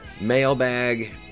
Mailbag